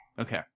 Okay